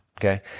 okay